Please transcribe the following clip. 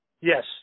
Yes